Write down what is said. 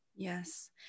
Yes